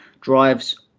drives